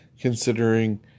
considering